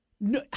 No